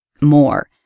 more